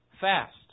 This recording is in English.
fast